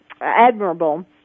admirable